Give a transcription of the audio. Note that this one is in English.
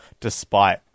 despite-